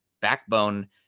backbone